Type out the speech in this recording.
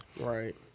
right